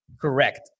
correct